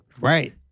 Right